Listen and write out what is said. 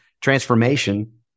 transformation